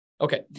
Okay